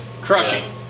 Crushing